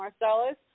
Marcellus